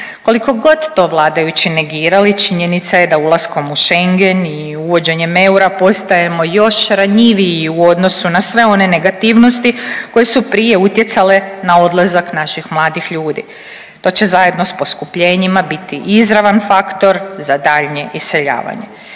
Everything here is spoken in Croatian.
Koliko god to vladajući negirali, činjenica je da ulaskom u Schengen i uvođenjem eura postajemo još ranjiviji u odnosu na sve one negativnosti koje su prije utjecale na odlazak naših mladih ljudi. To će zajedno s poskupljenjima biti izravan faktor za daljnje iseljavanje.